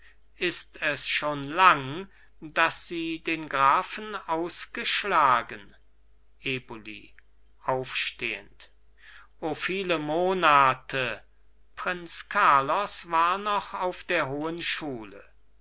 ist es schon lang daß sie den grafen ausgeschlagen eboli aufstehend o viele monate prinz carlos war noch auf der hohen schule